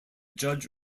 judge